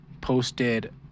posted